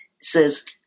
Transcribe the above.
says